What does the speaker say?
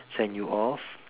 send you off